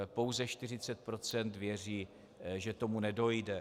Pouze 40 % věří, že k tomu nedojde.